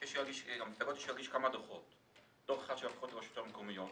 להגיש כמה דוחות: דוח אחד של הרשויות המקומיות,